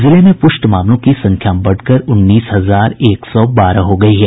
जिले में पुष्ट मामलों की संख्या बढ़कर उन्नीस हजार एक सौ बारह हो गयी है